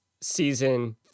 season